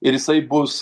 ir jisai bus